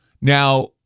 Now